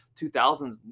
2000s